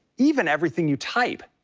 even everything you type.